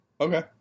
Okay